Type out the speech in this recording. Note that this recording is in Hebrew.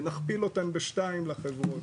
ונכפיל אותן בשתיים לחברות,